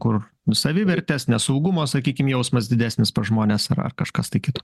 kur savivertės nesaugumo sakykim jausmas didesnis pas žmones ar ar kažkas tai kito